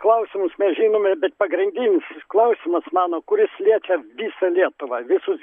klausimus mes žinome bet pagrindinis klausimas mano kuris liečia visą lietuvą visus